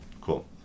Cool